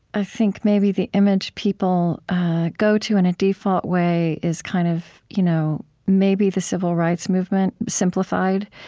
i think maybe the image people go to in a default way is kind of, you know, maybe the civil rights movement, simplified.